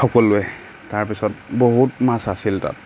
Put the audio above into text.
সকলোৱে তাৰপিছত বহুত মাছ আছিল তাত